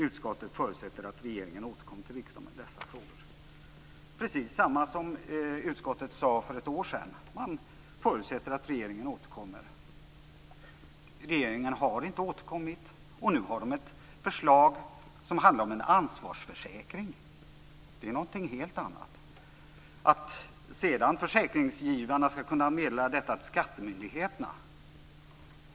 Utskottet förutsätter att regeringen återkommer till riksdagen med dessa frågor. Det är precis samma sak som utskottet sade för ett år sedan. Man förutsätter att regeringen återkommer. Regeringen har inte återkommit, och nu har den ett förslag som handlar om en ansvarsförsäkring. Det är någonting helt annat. Sedan säger man att försäkringsgivarna ska kunna meddela detta till skattemyndigheterna.